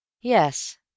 Yes